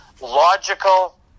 logical